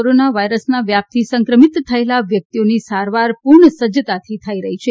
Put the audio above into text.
corona વાયરસના વ્યાપથી સંક્રમિત થયેલા વ્યકિતઓની સારવાર પુર્ણ સજજતાથી થઇ રહી છે